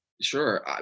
Sure